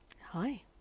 Hi